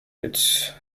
its